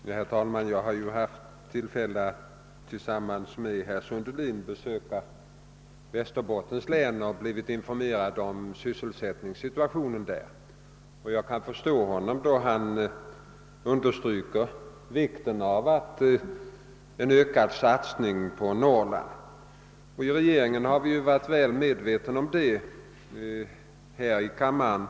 Herr talman! Jag har ju haft tillfälle att tillsammans med herr Sundelin besöka Västerbottens län och bli informerad om =<sysselsättningssituationen där, och jag kan förstå herr Sundelin då han understryker vikten av en ökad satsning på Norrland. I regeringen har vi varit väl medvetna om behovet av en sådan satsning.